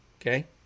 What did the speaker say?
Okay